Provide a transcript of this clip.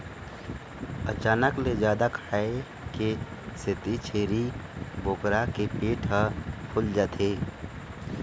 अचानक ले जादा खाए के सेती छेरी बोकरा के पेट ह फूल जाथे